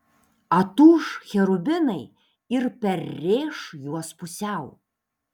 atūš cherubinai ir perrėš juos pusiau